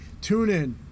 TuneIn